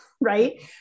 right